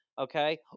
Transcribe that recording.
Okay